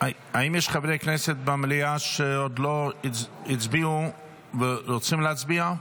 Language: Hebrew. האם יש חברי כנסת במליאה שעוד לא הצביעו ורוצים להצביע?